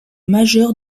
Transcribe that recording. majeur